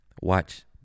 watch